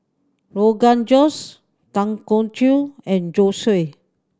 Rogan Josh Dangojiru and Zosui